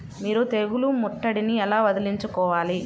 మీరు తెగులు ముట్టడిని ఎలా వదిలించుకోవాలి?